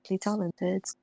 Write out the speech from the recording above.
talented